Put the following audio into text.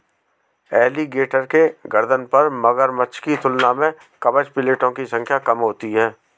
alligator के गर्दन पर मगरमच्छ की तुलना में कवच प्लेटो की संख्या कम होती है